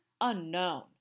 unknown